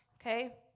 Okay